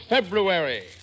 February